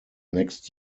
next